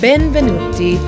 Benvenuti